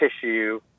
tissue